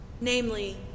namely